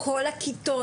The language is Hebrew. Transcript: כל הכיתות,